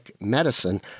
medicine